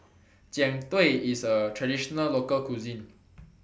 Jian Dui IS A Traditional Local Cuisine